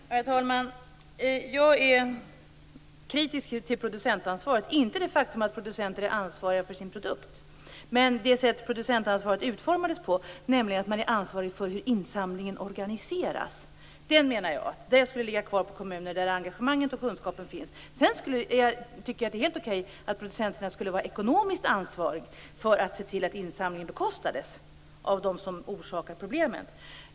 Herr talman! Jag är kritisk till producentansvaret, inte till det faktum att producenter är ansvariga för sin produkt, men till det sätt producentansvaret utformades på, nämligen att man är ansvarig för hur insamlingen organiseras. Det menar jag skulle ligga kvar på kommunerna, där engagemanget och kunskapen finns. Sedan tycker jag att det är helt okej att producenterna skall vara ekonomiskt ansvariga för att se till att insamlingen bekostas av dem som orsakar problemen.